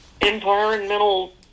environmental